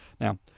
Now